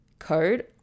Code